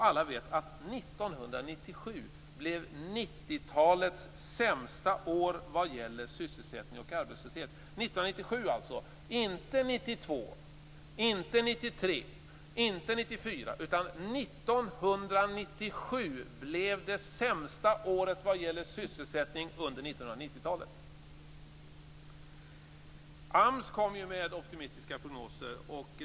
Alla vet att 1997 blev 90-talets sämsta år vad gäller sysselsättning och arbetslöshet. Det var alltså 1997 - inte 1992, inte 1993 och inte 1994. 1997 blev det sämsta året vad gäller sysselsättning under 1990-talet. AMS kom ju med optimistiska prognoser.